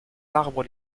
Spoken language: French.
arbres